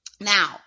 now